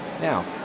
Now